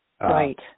Right